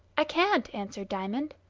i can't, answered diamond.